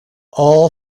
all